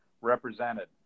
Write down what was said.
represented